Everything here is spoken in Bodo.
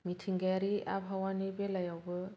मिथिंगायारि आबहावानि बेलायावबो